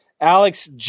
Alex